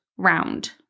round